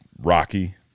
rocky